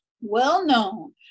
well-known